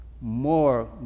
more